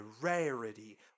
Rarity